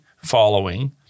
following